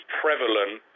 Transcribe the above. prevalent